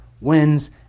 wins